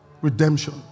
redemption